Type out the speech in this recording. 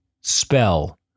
spell